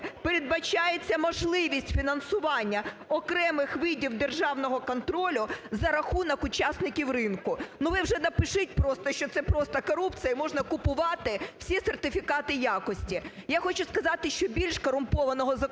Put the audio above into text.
Передбачається можливість фінансування окремих видів державного контролю за рахунок учасників ринку. Ну ви вже напишіть просто, що це просто корупція і можна купувати всі сертифікати якості. Я хочу сказати, що більш корумпованого закону важко